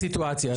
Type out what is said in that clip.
בסיטואציה הזאת.